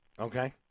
okay